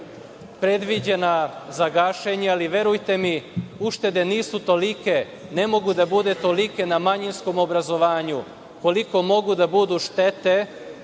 predviđena za gašenje, ali verujte mi uštede nisu tolike, ne mogu da budu tolike na manjinskom obrazovanju koliko mogu da budu štete